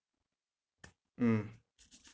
mm